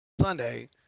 Sunday